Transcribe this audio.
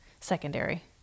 secondary